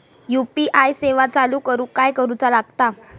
UPI सेवा चालू करूक काय करूचा लागता?